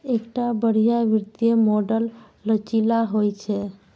एकटा बढ़िया वित्तीय मॉडल लचीला होइ छै